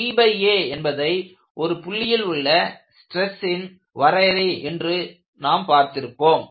pA என்பதை ஒரு புள்ளியில் உள்ள ஸ்ட்ரெஸின் வரையறை என்று நாம் பார்த்திருப்போம்